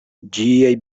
ĝiaj